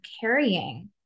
carrying